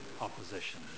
opposition